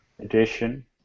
edition